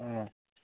অঁ